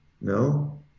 No